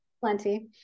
plenty